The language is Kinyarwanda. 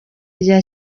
rya